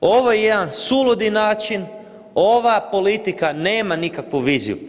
Ovo je jedan suludi način, ova politika nema nikakvu viziju.